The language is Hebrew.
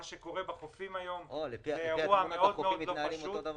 מה שקורה בחופים היום הוא אירוע מאוד מאוד לא פשוט.